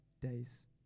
days